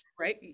right